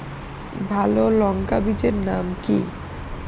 ভালো লঙ্কা বীজের নাম কি?